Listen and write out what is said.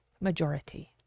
majority